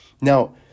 Now